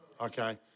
okay